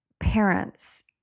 parents